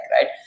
right